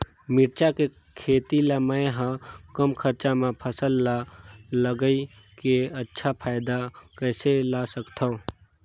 मिरचा के खेती ला मै ह कम खरचा मा फसल ला लगई के अच्छा फायदा कइसे ला सकथव?